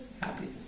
happiness